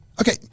Okay